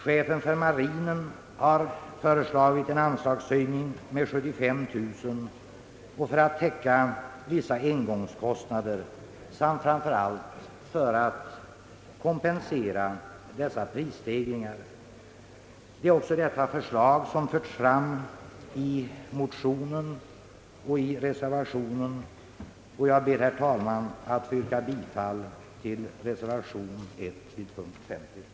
Chefen för marinen har begärt en anslagshöjning med 75 000 kronor för att täcka vissa engångskostnader och framför allt för att kompensera prisstegringarna. Det är också detta förslag som förts fram i motionen och i reservationen. Jag ber, herr talman, att få yrka bifall till reservationen vid punkten 50.